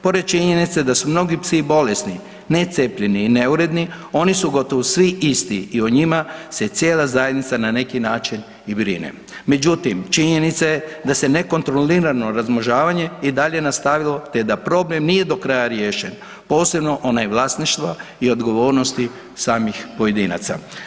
Pored činjenice da su mnogi psi bolesni, ne cijepljeni i neuredni, on su gotovo svi isti i o njima se cijela zajednica na neki način i brine međutim činjenica je da se nekontrolirano razmnožavanje i dalje nastavilo te da problem nije do kraja riješen, posebno onaj vlasništva i odgovornosti samih pojedinaca.